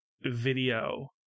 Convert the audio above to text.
video